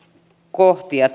kohtia